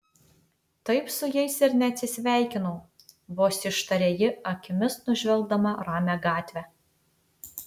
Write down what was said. taip su jais ir neatsisveikinau vos ištarė ji akimis nužvelgdama ramią gatvę